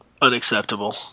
unacceptable